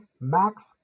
Max